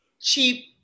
cheap